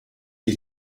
you